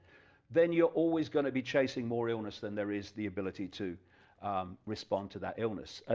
then you're always gonna be chasing more illness than there is the ability to respond to that illness, ah